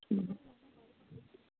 ம்